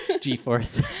G-Force